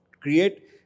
create